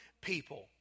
people